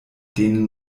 denen